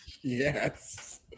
yes